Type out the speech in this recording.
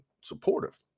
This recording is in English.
supportive